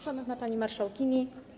Szanowna Pani Marszałkini!